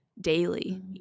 daily